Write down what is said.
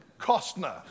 Costner